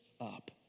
up